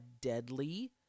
deadly